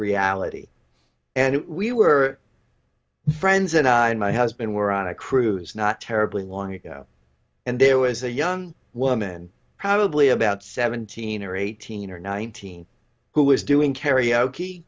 reality and we were friends and i and my husband were on a cruise not terribly long ago and there was a young woman probably about seventeen or eighteen or nineteen who was doing karaoke